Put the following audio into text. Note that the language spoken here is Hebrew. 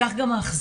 כך גם האכזבה.